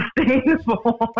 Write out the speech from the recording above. sustainable